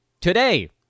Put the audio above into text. Today